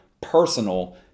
personal